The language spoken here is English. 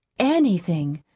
anything.